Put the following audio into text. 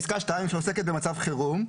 פסקה (2) עוסקת במצב חירום.